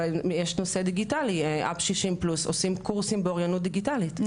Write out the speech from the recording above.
יש נושא דיגיטלי אפ שישים פלוס עושים קורסים באוריינות דיגיטלית,